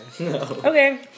Okay